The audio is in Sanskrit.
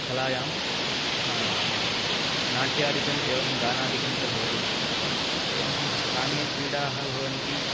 कलायां नाट्यादिकम् एवं गानादिकं च भवति एवं स्थानीयक्रीडाः भवन्ति